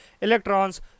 electrons